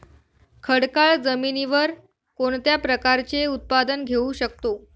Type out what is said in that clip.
खडकाळ जमिनीवर कोणत्या प्रकारचे उत्पादन घेऊ शकतो?